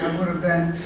would've been